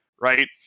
Right